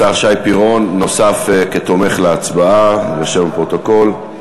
השר שי פירון נוסף כתומך להצבעה, לשם הפרוטוקול.